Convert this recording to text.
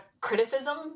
criticism